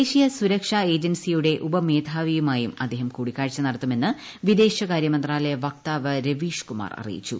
ദേശീയ സുരക്ഷാ ഏജൻസിയുടെ ഉപമേധാവിയുമായും അദ്ദേഹം കൂടിക്കാഴ്ച നടത്തുമെന്ന് വിദേശകാര്യ മന്ത്രാലയ വക്താവ് രവീഷ്കുമാർ അറിയിച്ചു